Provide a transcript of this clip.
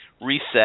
reset